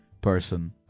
person